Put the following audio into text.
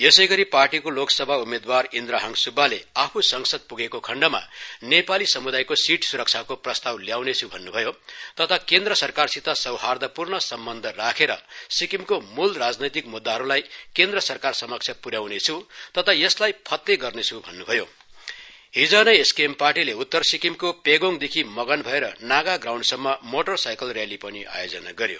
यसैगरि पार्टीको लोकसभा उम्मेदवार इन्द्रहाँग स्ब्बाले आफू संसद प्गेको खण्डमा नेपाली सम्दायको सीट स्रक्षाको प्रस्ताव ल्याउने छ् भन्न्भयो तथा केन्द्रसरकार सित सौहार्दपूर्ण सम्वन्ध राखेर सिक्किमको मूल राजनैतिक मुद्दाहरूलाई केन्द्रसरकार समक्ष प्राउनेछ् तथा यसलाई फत्ते गर्नेछ् भन्न्भयो हिज नै एसकेएम पार्टीले उत्तर सिक्किमको पेगोगं देखि मगन भएर नागा ग्राउण्डसम्म मोटरसाइकल रैली पनि आयोजना गर्यो